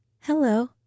Hello